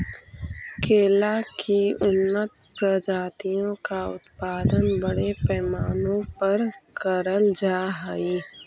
केला की उन्नत प्रजातियों का उत्पादन बड़े पैमाने पर करल जा हई